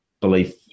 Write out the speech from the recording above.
belief